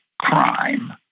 crime